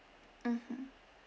mmhmm